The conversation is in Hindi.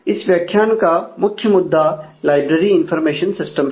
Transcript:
इस व्याख्यान का मुख्य मुद्दा लाइब्रेरी इनफार्मेशन सिस्टम है